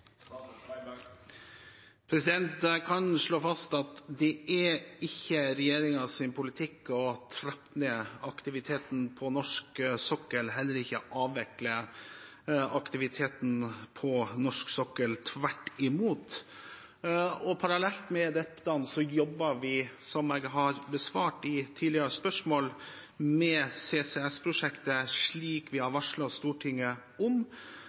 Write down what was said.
kan slå fast at det ikke er regjeringens politikk å trappe ned aktiviteten på norsk sokkel, og heller ikke avvikle aktiviteten på norsk sokkel – tvert imot. Parallelt med dette jobber vi, som jeg har besvart i tidligere spørsmål, med CCS-prosjektet, slik vi har varslet Stortinget om.